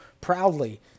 proudly